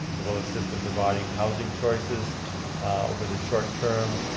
it will assist in providing housing choices over the short term,